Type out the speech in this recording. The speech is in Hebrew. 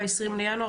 ב-20 בינואר,